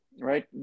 right